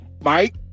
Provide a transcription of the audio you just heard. Mike